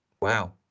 Wow